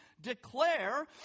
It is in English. declare